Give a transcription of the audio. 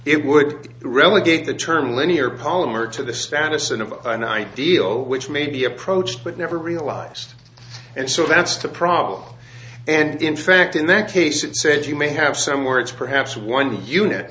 it would relegate the term linear polymer to the status of an ideal which may be approached but never realized and so that's the problem and in fact in that case it said you may have some words perhaps one unit